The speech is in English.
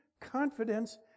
confidence